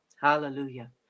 hallelujah